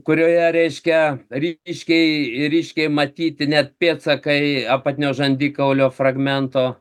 kurioje reiškia ryškiai ryškiai matyti net pėdsakai apatinio žandikaulio fragmento